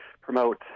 promote